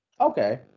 Okay